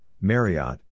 Marriott